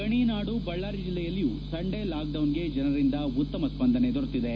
ಗಣಿನಾಡು ಬಳ್ಳಾರಿ ಜಲ್ಲೆಯಲ್ಲಿಯೂ ಸಂಡೇ ಲಾಕ್ ಡೌನ್ಗೆ ಜನರಿಂದ ಉತ್ತಮ ಸ್ಪಂದನೆ ದೊರೆತಿದೆ